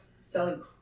selling